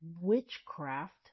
witchcraft